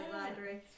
library